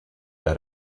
der